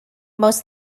most